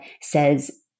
says